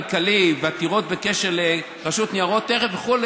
כלכלי ועתירות בקשר לרשות ניירות ערך וכו',